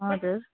हजुर